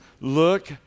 look